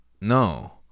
no